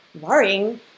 worrying